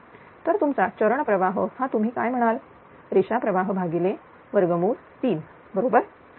तर तुमचा चरण प्रवाह हा तुम्ही काय म्हणाल रेषा प्रवाह भागिले 3 बरोबर